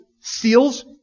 steals